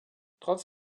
trotz